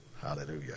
Hallelujah